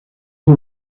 who